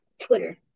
Twitter